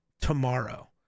tomorrow